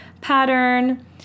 pattern